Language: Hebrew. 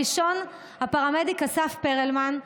הראשון, הפרמדיק אסף פרלמן.